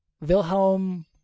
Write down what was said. wilhelm